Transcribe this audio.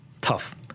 tough